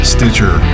Stitcher